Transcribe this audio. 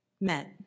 met